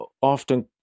often